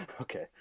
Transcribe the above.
okay